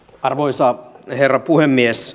arvoisa herra puhemies